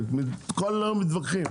אני לא מבין, כל היום מתווכחים.